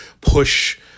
push